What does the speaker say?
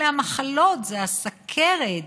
היא המחלות: זה הסוכרת,